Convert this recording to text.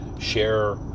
share